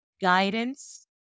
guidance